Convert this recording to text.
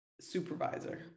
supervisor